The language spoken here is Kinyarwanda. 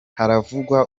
haravugwa